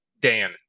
Dan